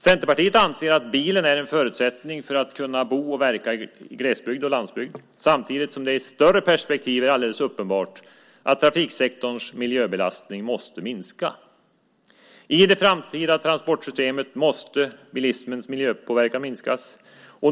Centerpartiet anser att bilen är en förutsättning för att kunna bo och verka i glesbygden och på landsbygden samtidigt som det i ett större perspektiv är alldeles uppenbart att trafiksektorns miljöbelastning måste minska. I det framtida transportsystemet måste bilismens miljöpåverkan minskas.